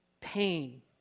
pain